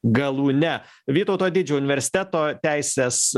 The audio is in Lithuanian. galūne vytauto didžiojo universiteto teisės